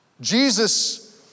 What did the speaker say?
Jesus